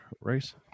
race